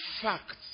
facts